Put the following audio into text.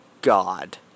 God